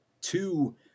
two